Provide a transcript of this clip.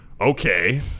Okay